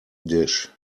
dish